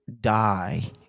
die